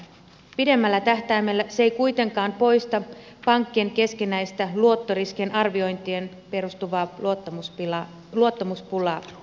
pidemmällä tähtäimellä se ei kuitenkaan poista pankkien keskinäistä luottoriskien arviointiin perustuvaa luottamuspulaa